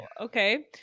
okay